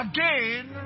Again